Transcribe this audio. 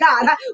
God